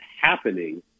happening